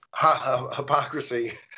hypocrisy